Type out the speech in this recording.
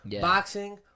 boxing